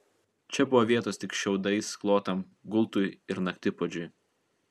čia buvo vietos tik šiaudais klotam gultui ir naktipuodžiui